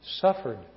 suffered